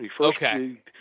Okay